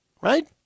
right